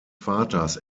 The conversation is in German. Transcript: vaters